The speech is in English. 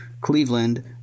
cleveland